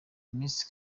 miss